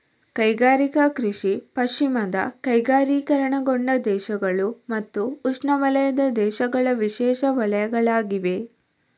ಕೈಗಾರಿಕಾ ಕೃಷಿ ಪಶ್ಚಿಮದ ಕೈಗಾರಿಕೀಕರಣಗೊಂಡ ದೇಶಗಳು ಮತ್ತು ಉಷ್ಣವಲಯದ ದೇಶಗಳ ವಿಶೇಷ ವಲಯಗಳಾಗಿವೆ